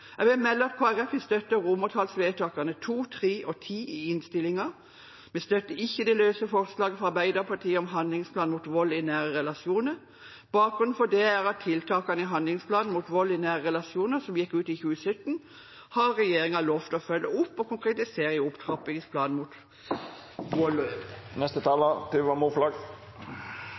Jeg vil melde at Kristelig Folkeparti vil støtte forslag til vedtak II, III og X i innstillingen. Vi støtter ikke det forslaget fra Arbeiderpartiet om handlingsplan mot vold i nære relasjoner. Bakgrunnen for det er at tiltakene i handlingsplanen mot vold i nære relasjoner, som gikk ut i 2017, har regjeringen lovet å følge opp og konkretisere i opptrappingsplanen mot